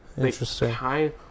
Interesting